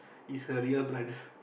is her real brother